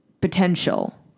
potential